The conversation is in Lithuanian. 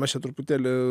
mes čia truputėlį